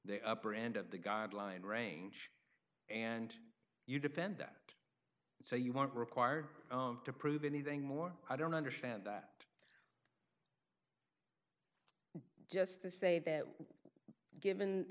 the upper end of the guideline range and you defend that so you weren't required to prove anything more i don't understand that just to say that given